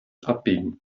abbiegen